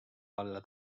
alla